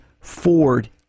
Ford